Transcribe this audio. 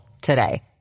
today